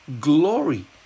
glory